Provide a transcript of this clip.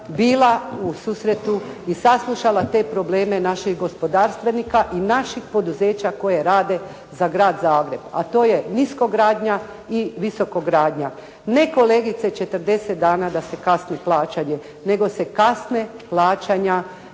bila u susretu i saslušala te probleme naših gospodarstvenika i naših poduzeća koje rade za Grad Zagreb, a to je “Niskogradnja“ i “Visokogradnja“. Ne kolegice 40 dana da se kasni plaćanje, nego se kasne plaćanja